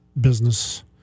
business